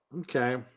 Okay